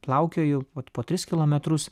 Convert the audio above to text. plaukioju vat po tris kilometrus